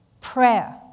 prayer